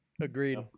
Agreed